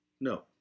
No